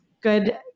good